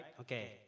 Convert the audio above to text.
Okay